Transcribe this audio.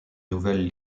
nouvelle